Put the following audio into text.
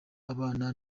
abana